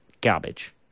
Garbage